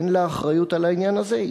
אין לה אחריות לעניין הזה,